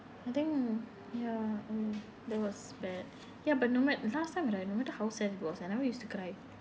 I think ya mm that was bad ya but no mat~ last time right no matter how sad it was I never used to cry